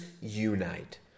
unite